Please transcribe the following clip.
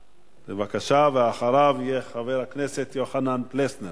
בבקשה, ואחריו, חבר הכנסת יוחנן פלסנר.